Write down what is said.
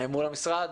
מול המשרד,